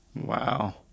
Wow